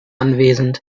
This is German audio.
anwesend